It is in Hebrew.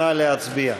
נא להצביע.